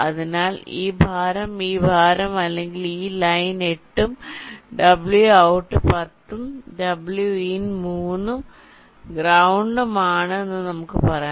അതിനാൽ ഈ ഭാരം ഈ ഭാരം അല്ലെങ്കിൽ ഈ ലൈൻ 8 ഉം w out 10 ഉം w in 3 ഉം ഗ്രൌണ്ടും ആണ് എന്ന് നമുക്ക് പറയാം